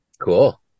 Cool